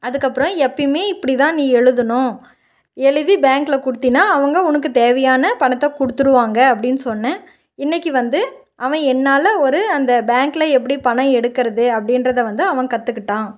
அதுக்கப்புறம் எப்பவுமே இப்படிதான் நீ எழுதணும் எழுதி பேங்க்கில் கொடுத்தீனா அவங்க உனக்கு தேவையான பணத்தை கொடுத்துருவாங்க அப்படின்னு சொன்னேன் இன்றைக்கி வந்து அவன் என்னால் ஒரு அந்த பேங்க்கில் எப்படி பணம் எடுக்கிறது அப்படின்றத வந்து அவன் கற்றுக்கிட்டான்